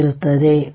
ಆಗಿದೆ